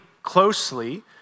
closely